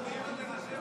חברי הכנסת,